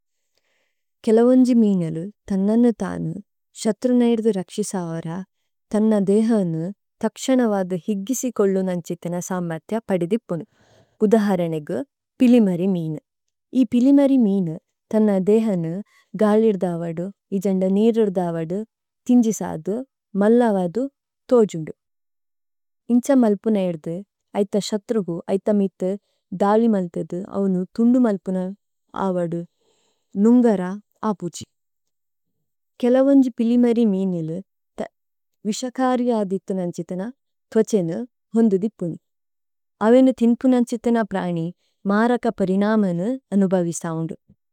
കേല വന്ജി മീനലു ഥന്നനു ഥനു, ശത്രു നൈദു രക്ശിസവര, ഥന്ന ദേഹനു തക്ശനവദു ഹിഗ്ഗിസികോല്ലു നന്ഛിഥിന സമര്ഥ്യ പദിദിപുനു। ഉദഹരനേഗു പിലിമരി മീനു। ഇ പിലിമരി മീനു ഥന്ന ദേഹനു ഗാലി ഇധവദു, ഇജന്ദ നീര് ഇധവദു, തിന്ജിസദു, മല്ലവദു, തോജുന്ദു। ഇന്ഛ മല്പുനൈദു, ഐഥ ശത്രുഗു, ഐഥ മീഥു, ദാലി മല്ഥേദു, അവുനു ഥുന്ദു മല്പുന അവദു, നുന്ഗര, അപുഛി। കേല വന്ജി പിലിമരി മീനുലു, വിശകരിയ അദിഥിന നന്ഛിഥിന, തോഛേനു, ഹോന്ദുദിപുനു। അവേനു ഥിന്കു നന്ഛിഥിന പ്രനി, മരക പരിനമനു അനുബവിസവുദു।